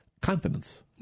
confidence